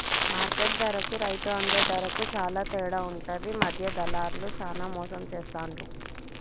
market ధరకు రైతు అందే ధరకు చాల తేడా ఉంటది మధ్య దళార్లు చానా మోసం చేస్తాండ్లు